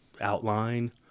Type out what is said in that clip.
outline